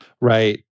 Right